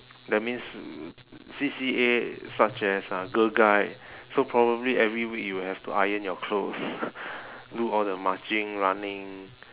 that means C_C_A such as uh girl guide so probably every week you will have to iron your clothes do all the marching running